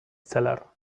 cellar